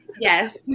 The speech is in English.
yes